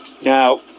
Now